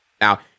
now